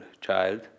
child